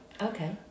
Okay